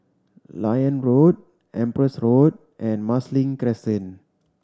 Liane Road Empress Road and Marsiling Crescent